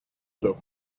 forth